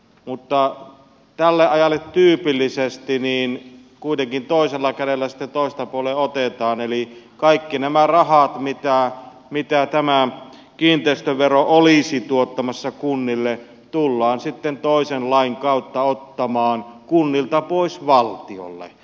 mutta tälle ajalle tyypillisesti kuitenkin toisella kädellä sitten toiselta puolen otetaan eli kaikki nämä rahat joita tämä kiinteistövero olisi tuottamassa kunnille tullaan sitten toisen lain kautta ottamaan kunnilta pois valtiolle